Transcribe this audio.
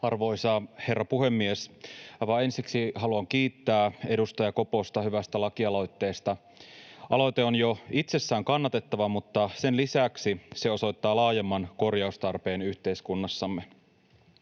Arvoisa herra puhemies! Aivan ensiksi haluan kiittää edustaja Koposta hyvästä lakialoitteesta. Aloite on jo itsessään kannatettava, mutta sen lisäksi se osoittaa laajemman korjaustarpeen yhteiskunnassamme.